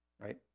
right